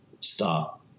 stop